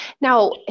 Now